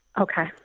Okay